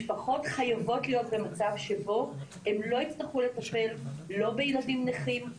משפחות חייבות להיות במצב שבו הן לא יצטרכו לטפל בילדים נכים,